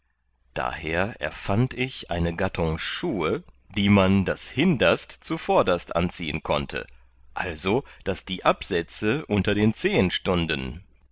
daher erfand ich eine gattung schuhe die man das hinderst zu vorderst anziehen konnte also daß die absätze unter den zehen stunden